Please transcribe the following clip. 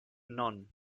none